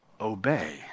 obey